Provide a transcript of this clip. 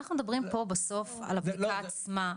אנחנו מדברים פה על התקיפה עצמה,